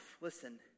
listen